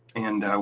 and